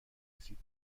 رسید